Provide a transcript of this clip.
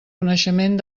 coneixement